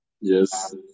Yes